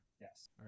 Yes